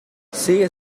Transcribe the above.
sigue